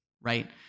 right